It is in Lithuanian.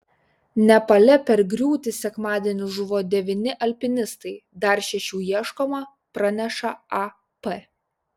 nepale per griūtį sekmadienį žuvo devyni alpinistai dar šešių ieškoma praneša ap